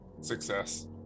Success